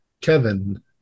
Kevin